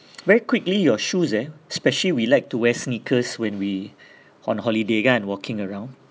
very quickly your shoes eh specially we like to wear sneakers when we on holiday kan walking around